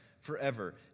forever